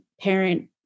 parent